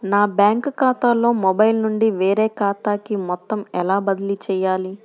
నా బ్యాంక్ ఖాతాలో మొబైల్ నుండి వేరే ఖాతాకి మొత్తం ఎలా బదిలీ చేయాలి?